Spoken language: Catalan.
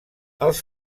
els